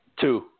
Two